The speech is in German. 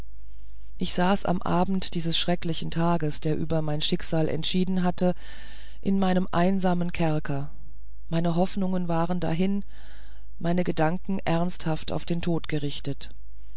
ich saß am abend dieses schrecklichen tages der über mein schicksal entschieden hatte in meinem einsamen kerker meine hoffnungen waren dahin meine gedanken ernsthaft auf den tod gerichtet